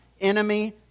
enemy